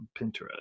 pinterest